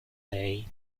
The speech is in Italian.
lei